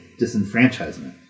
disenfranchisement